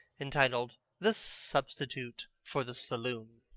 entitled the substitute for the saloon.